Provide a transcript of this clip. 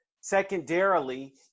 Secondarily